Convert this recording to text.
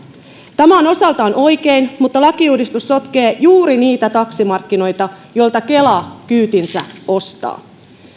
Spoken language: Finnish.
tämä on osaltaan oikein mutta lakiuudistus sotkee juuri niitä taksimarkkinoita joilta kela kyytinsä ostaa